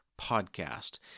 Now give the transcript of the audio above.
podcast